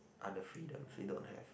other freedoms we don't have